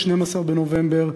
12 בנובמבר,